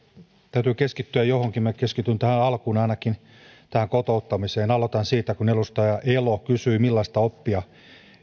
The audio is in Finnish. täytyy keskittyä johonkin minä keskityn tähän alkuun ainakin tähän kotouttamiseen aloitan siitä kun edustaja elo kysyi millaista oppia